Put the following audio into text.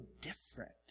different